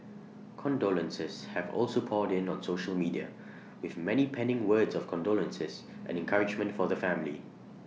condolences have also poured in on social media with many penning words of condolences and encouragement for the family